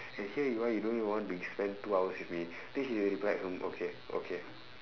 and here you want you don't even want to spend two hours with me then she replied hmm okay okay